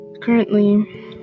currently